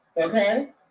Okay